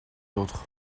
autres